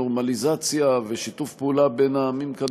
ונורמליזציה ושיתוף פעולה בין העמים כאן,